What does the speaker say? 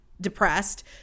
depressed